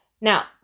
Now